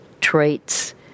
traits